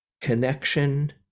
connection